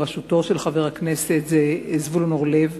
בראשותו של חבר הכנסת זבולון אורלב,